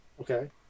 Okay